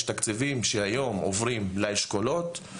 יש תקציבים שהיום עוברים לאשכולות,